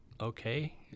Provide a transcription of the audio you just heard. Okay